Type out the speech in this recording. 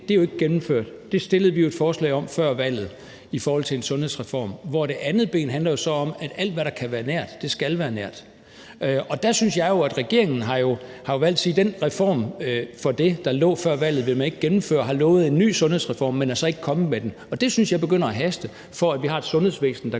ben er ikke gennemført. Det stillede vi jo et forslag om før valget, altså i forhold til en sundhedsreform. Det andet ben handler om, at alt, hvad der kan være nært, skal være nært, og regeringen har jo valgt at sige, at den reform, der lå af det før valget, vil man ikke gennemføre. Man har lovet en ny sundhedsreform, men er så ikke kommet med den, og det synes jeg begynder at haste, for at vi har et sundhedsvæsen, der